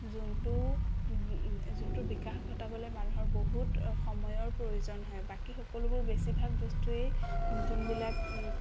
যোনটো যোনটো বিকাশ ঘটাবলৈ মানুহৰ বহুত সময়ৰ প্ৰয়োজন হয় বাকী সকলোবোৰ বেছিভাগ বস্তুৱেই যোনবিলাক